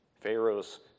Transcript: Pharaoh's